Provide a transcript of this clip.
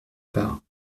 pas